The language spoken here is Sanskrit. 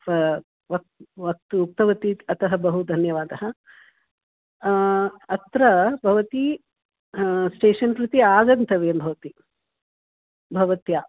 व वतु उक्तवती अतः बहु धन्यवादः अत्र भवती स्टेशन् प्रति आगन्तव्यं भवतीं भवत्या